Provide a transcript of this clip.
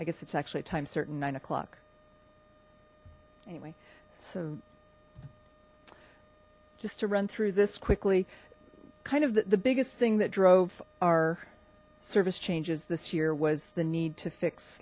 i guess it's actually a time certain nine o'clock anyway so just to run through this quickly kind of the biggest thing that drove our service changes this year was the need to fix